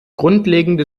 grundlegende